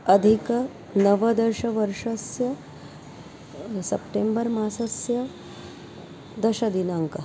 अधिकनवदशवर्षस्य September मासस्य दशदिनाङ्कः